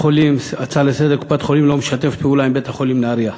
הצעה לסדר-היום: קופת-חולים לא משתפת פעולה עם בית-החולים בנהרייה.